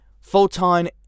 Photon